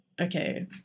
okay